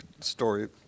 story